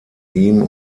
ihm